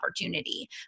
opportunity